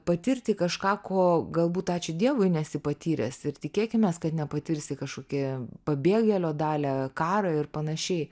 patirti kažką ko galbūt ačiū dievui nesi patyręs ir tikėkimės kad nepatirsi kažkokie pabėgėlio dalią karą ir panašiai